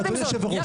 אני